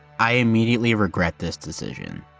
i immediately regret this decision.